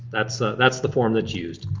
that's that's the form that's used.